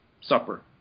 supper